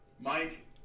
Mike